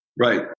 Right